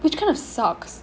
which kind of sucks